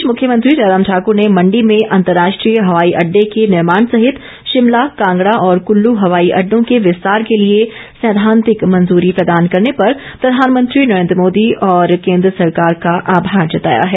इस बीच मुख्यमंत्री जयराम ठाकर ने मंडी में अंतर्राष्ट्रीय हवाई अड़डे के निर्माण सहित शिमला कांगड़ा और कल्लू हवाई अड़डो के विस्तार के लिए सैद्धांतिक मंजूरी प्रदान करने पर प्रधानमंत्री नरेंद्र मोदी और केंद्र सरकार का आमार जताया है